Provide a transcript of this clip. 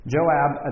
Joab